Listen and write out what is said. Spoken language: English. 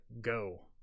go